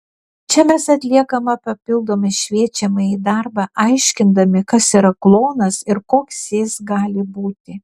čia mes atliekame papildomą šviečiamąjį darbą aiškindami kas yra klounas ir koks jis gali būti